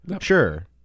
sure